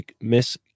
Miss